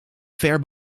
ver